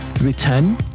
return